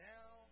Now